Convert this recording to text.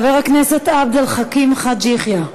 חבר הכנסת עבד אל חכים חאג' יחיא,